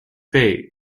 phase